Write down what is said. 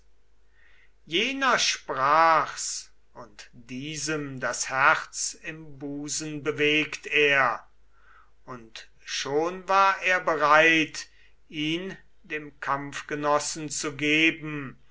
jener sprach's und diesem das herz im busen bewegt er und schon war er bereit ihn dem kampfgenossen zu geben